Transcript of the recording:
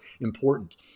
important